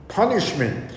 punishment